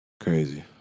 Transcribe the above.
Crazy